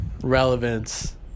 relevance